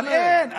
אבל אין.